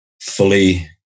fully